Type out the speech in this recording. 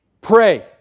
pray